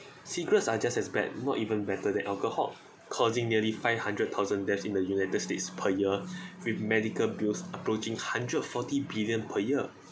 cigarettes are just as bad not even better than alcohol causing nearly five hundred thousand deaths in the united states per year with medical bills approaching hundred forty billion per year